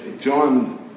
John